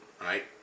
right